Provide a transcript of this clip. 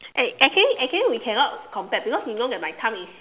eh actually actually we cannot compare because you know that my thumb is